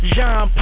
Jean